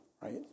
right